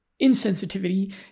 insensitivity